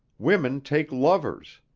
women take lovers.